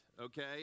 okay